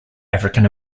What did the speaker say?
african